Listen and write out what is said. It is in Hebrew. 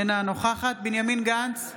אינה נוכח בנימין גנץ,